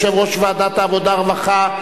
אשר תועלה על-ידי יושב-ראש ועדת העבודה והרווחה,